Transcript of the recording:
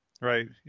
Right